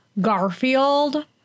garfield